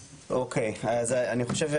אז אני חושב,